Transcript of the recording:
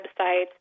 websites